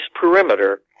perimeter